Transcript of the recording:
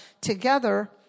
together